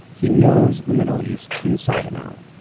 he knows the middle east inside and out.